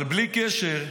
אבל בלי קשר,